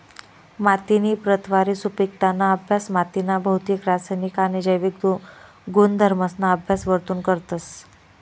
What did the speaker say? मातीनी प्रतवारी, सुपिकताना अभ्यास मातीना भौतिक, रासायनिक आणि जैविक गुणधर्मसना अभ्यास वरथून करतस